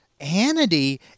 Hannity